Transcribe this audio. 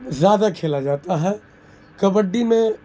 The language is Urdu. زیادہ کھیلا جاتا ہے کبڈی میں